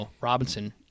Robinson